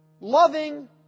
loving